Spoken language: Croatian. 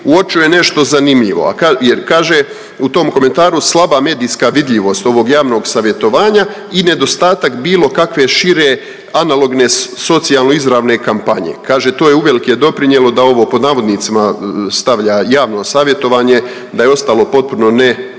uočio je nešto zanimljivo jer kaže u tom komentaru, slaba medijska vidljivost ovog javnog savjetovanja i nedostatak bilo kakve šire analogne socijalno-izravne kampanje, kaže to je uvelike doprinijelo da ovo pod navodnicima stavlja javno savjetovanje da je ostalo potpuno ne